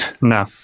No